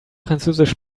französisch